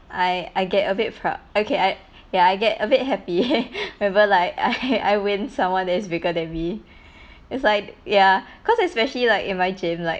I I get a bit proud okay I ya I get a bit happy remember like I win someone that's bigger than me it's like ya cause especially like in my gym like